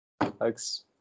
Thanks